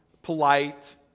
polite